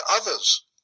others